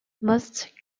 most